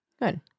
Good